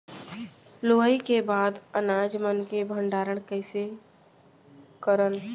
लुवाई के बाद अनाज मन के भंडारण कईसे करन?